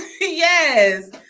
Yes